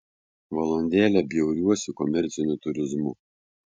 valandėlę bjauriuosi komerciniu turizmu